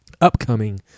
upcoming